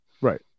Right